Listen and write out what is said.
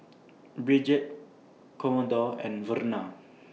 Bridget Commodore and Verna